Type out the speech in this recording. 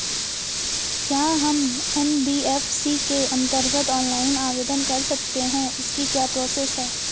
क्या हम एन.बी.एफ.सी के अन्तर्गत ऑनलाइन आवेदन कर सकते हैं इसकी क्या प्रोसेस है?